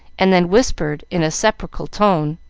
and then whispered in a sepulchral tone